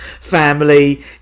family